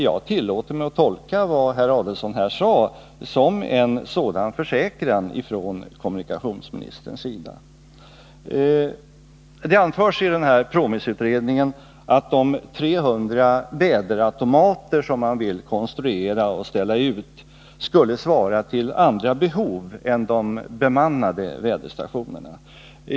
Jag tillåter mig att tolka vad herr Adelsohn här sade som en sådan försäkran från kommunikationsministerns sida. Det anförs i PROMIS-utredningen att de 300 väderautomater som man vill konstruera och ställa ut skulle svara mot andra behov än de bemannade väderstationerna.